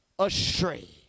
astray